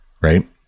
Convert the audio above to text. Right